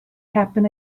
happen